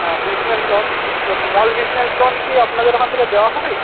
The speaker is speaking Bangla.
হ্যাঁ বিজনেস লোন তো স্মল বিজনেস লোন কী আপনাদের ওখান থেকে দেওয়া হয়